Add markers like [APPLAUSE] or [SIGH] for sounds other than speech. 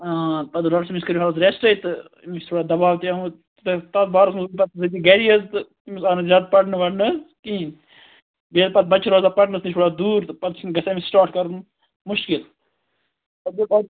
پتہٕ دوٚپ ڈاکٹر صٲبن [UNINTELLIGIBLE] کٔرِو حظ رٮ۪سٹَے تہٕ أمِس چھُ تھوڑا دَباو تہِ آمُت تہٕ تَتھ بارس منٛز [UNINTELLIGIBLE] گَری حظ تہٕ أمِس آو نہٕ زیادٕ پرنہٕ ورنہٕ حظ کِہیٖنۍ ییٚلہِ پتہٕ بچہٕ چھِ روزان پرنس نِش تھوڑا دوٗر تہٕ پتہٕ چھُنہٕ گَژھان أمِس سِٹاٹ کَرُن مُشکِل [UNINTELLIGIBLE]